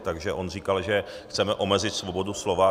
Takže on říkal, že chceme omezit svobodu slova.